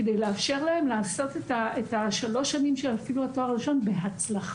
כדי לאפשר להם לעשות את השלוש שנים של התואר הראשון בהצלחה.